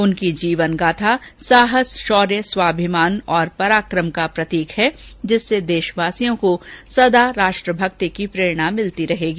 उनकी जीवन गाथा साहस शौर्य स्वाभिमान और पराक्रम का प्रतीक है जिससे देशवासियों को सदा राष्ट्रभक्ति की प्रेरणा मिलती रहेगी